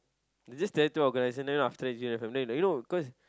you just there to organise and then after that you your family like you know cause